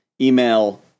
email